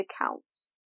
accounts